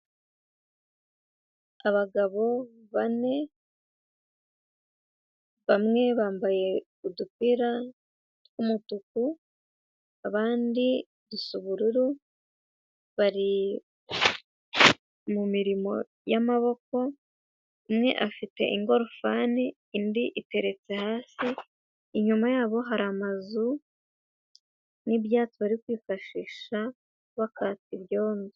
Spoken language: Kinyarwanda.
Abagabo bane bamwe bambaye udupira tw'umutuku, abandi dusa ubururu, bari mu mirimo y'amaboko, umwe afite ingorofani indi iteretse hasi. Inyuma yabo hari amazu n'ibyatsi bari kwifashisha bakata ibyondo.